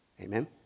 Amen